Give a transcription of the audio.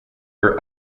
her